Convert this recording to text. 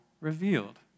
revealed